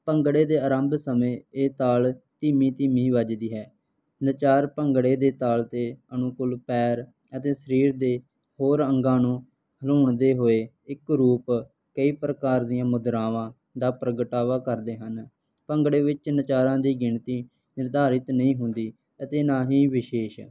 ਭੰਗੜੇ ਦੇ ਆਰੰਭ ਸਮੇਂ ਇਹ ਤਾਲ ਧੀਮੀ ਧੀਮੀ ਵੱਜਦੀ ਹੈ ਨਚਾਰ ਭੰਗੜੇ ਦੇ ਤਾਲ 'ਤੇ ਅਨੁਕੂਲ ਪੈਰ ਅਤੇ ਸਰੀਰ ਦੇ ਹੋਰ ਅੰਗਾਂ ਨੂੰ ਹਲੂਣਦੇ ਹੋਏ ਇੱਕ ਰੂਪ ਕਈ ਪ੍ਰਕਾਰ ਦੀਆਂ ਮੁਦਰਾਵਾਂ ਦਾ ਪ੍ਰਗਟਾਵਾ ਕਰਦੇ ਹਨ ਭੰਗੜੇ ਵਿੱਚ ਨਚਾਰਾਂ ਦੀ ਗਿਣਤੀ ਨਿਰਧਾਰਿਤ ਨਹੀਂ ਹੁੰਦੀ ਅਤੇ ਨਾ ਹੀ ਵਿਸ਼ੇਸ਼